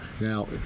now